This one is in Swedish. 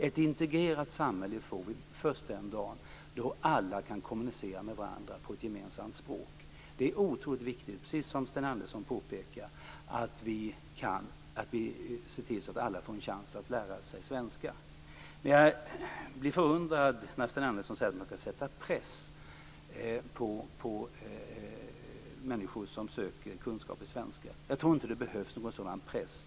Ett integrerat samhälle får vi först den dag då alla kan kommunicera med varandra på ett gemensamt språk. Det är oerhört viktigt, precis som Sten Andersson påpekar, att vi ser till att alla får en chans att lära sig svenska, men jag blir förundrad när Sten Andersson säger att man skall sätta press på människor att skaffa sig kunskaper i svenska. Jag tror inte att det behövs en sådan press.